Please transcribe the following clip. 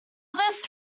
this